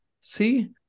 see